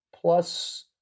plus